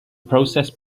process